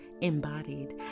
embodied